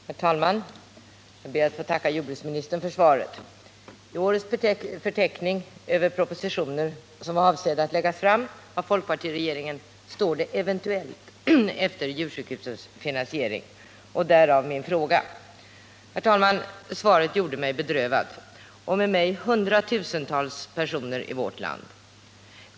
Herr talman! Jag ber att få tacka jordbruksministern för svaret. I årets förteckning över propositioner som är avsedda att läggas fram av folkpartiregeringen står det ”ev.” efter Djursjukhusens finansiering. Därav min fråga. Herr talman! Svaret gjorde mig bedrövad — och med mig hundratusentals personer i vårt land.